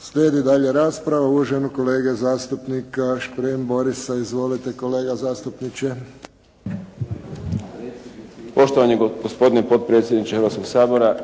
Slijedi dalje rasprava, uvaženog kolege zastupnika Borisa Šprema. Izvolite kolega zastupniče. **Šprem, Boris (SDP)** Poštovani gospodine potpredsjedniče Hrvatskog sabora,